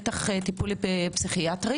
בטח טיפול פסיכיאטרי,